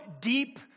deep